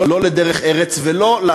לא לדרך-ארץ ולא,